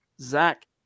Zach